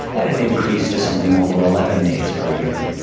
that had increased to something over eleven days per year.